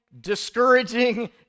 discouraging